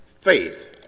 faith